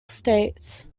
states